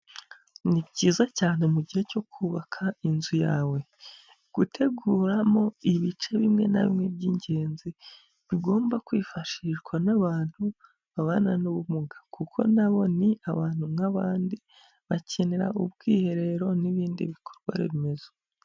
Ni byiza cyane mu gihe cyo kubaka inzu yawe, guteguramo ibice bimwe na bimwe by'ingenzi bigomba kwifashishwa n'abantu babana n'ubumuga kuko nabo ni abantu nk'abandi bakenera ubwiherero n'ibindi bikorwaremezo.